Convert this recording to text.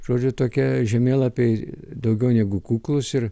žodžiu tokie žemėlapiai daugiau negu kuklūs ir